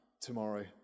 tomorrow